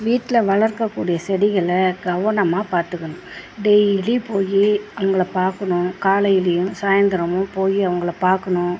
வீட்டில் வளர்க்கக்கூடிய செடிகளை கவனமாக பார்த்துக்கணும் டெய்லி போய் அவங்கள பார்க்கணும் காலையிலேயும் சாய்ந்திரமும் போய் அவங்கள பார்க்கணும்